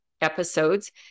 episodes